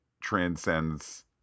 transcends